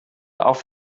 auf